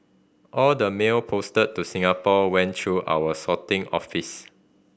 all the mail posted to Singapore went through our sorting office